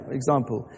example